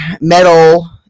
metal